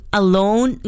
alone